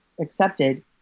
accepted